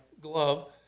glove